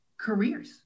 careers